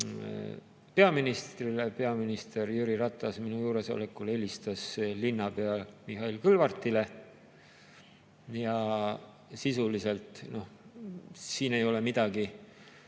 peaministrile, peaminister Jüri Ratas minu juuresolekul helistas linnapea Mihhail Kõlvartile. Sisuliselt, siin ei ole mingit